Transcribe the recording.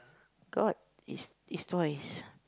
got it's it's twice